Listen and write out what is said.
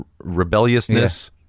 rebelliousness